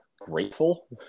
grateful